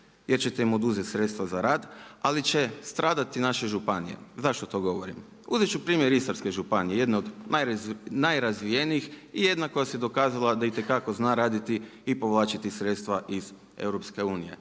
jer ćete im oduzeti sredstva za rad, ali će stradati naše županije. Zašto to govorim? Uzet ću primjer Istarske županije jedne od najrazvijenijih i jedne koja se dokazala da itekako zna raditi i povlačiti sredstva iz EU.